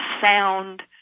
sound